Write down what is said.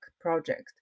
project